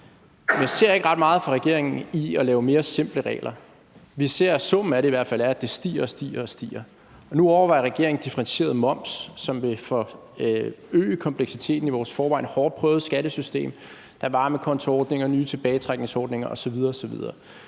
Jeg ser ikke ret meget fra regeringen i forhold til at lave mere simple regler. Vi ser i hvert fald, at summen af det er, at det stiger og stiger. Og nu overvejer regeringen differentieret moms, som vil forøge kompleksiteten i vores i forvejen hårdt prøvede skattesystem, acontoordninger, nye tilbagetrækningsordninger osv. osv.